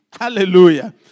Hallelujah